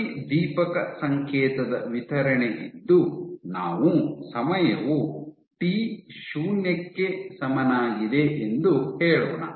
ಪ್ರತಿದೀಪಕ ಸಂಕೇತದ ವಿತರಣೆ ಇದ್ದು ನಾವು ಸಮಯವು ಟಿ ಶೂನ್ಯಕ್ಕೆ ಸಮನಾಗಿದೆ ಎಂದು ಹೇಳೋಣ